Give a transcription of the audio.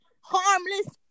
harmless